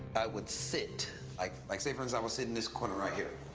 i would sit like, like say, for example, sit in this corner right here.